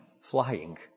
flying